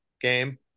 game